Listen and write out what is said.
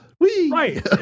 Right